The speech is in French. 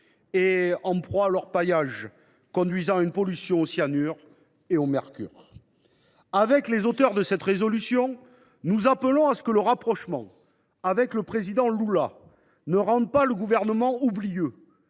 en proie à l’orpaillage, ce qui entraîne des pollutions au cyanure et au mercure. Avec les auteurs de cette résolution, nous appelons à ce que le rapprochement avec le président Lula ne rende pas le Gouvernement oublieux